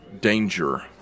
danger